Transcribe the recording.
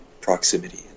proximity